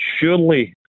Surely